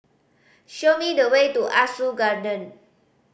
show me the way to Ah Soo Garden